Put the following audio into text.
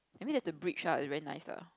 I mean that the bridge ah is very nice lah